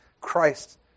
Christ